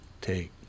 take